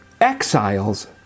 exiles